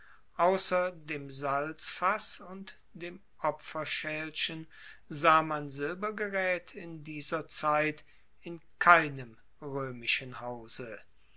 ausser dem salzfass und dem opferschaelchen sah man silbergeraet in dieser zeit in keinem roemischen hause